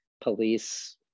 police